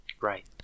Right